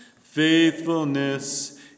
faithfulness